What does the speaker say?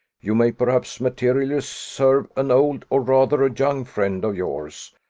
you may perhaps materially serve an old, or rather a young, friend of yours,